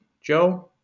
joe